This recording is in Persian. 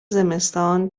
زمستان